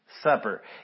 supper